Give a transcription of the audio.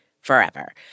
forever